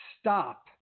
stop